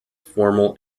formal